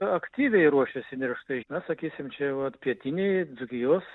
aktyviai ruošiasi nerštui na sakysim čia vat pietiniai dzūkijos